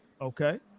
Okay